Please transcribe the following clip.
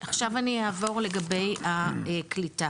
עכשיו אני אעבור לגבי הקליטה,